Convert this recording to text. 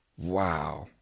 Wow